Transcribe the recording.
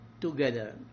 together